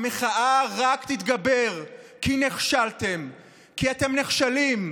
המחאה רק תתגבר, כי נכשלתם, כי אתם נכשלים,